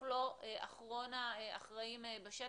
בטח לא אחרון האחראים בשטח,